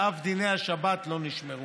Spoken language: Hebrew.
ואף דיני השבת לא נשמרו.